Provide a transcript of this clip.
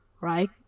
right